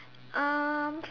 um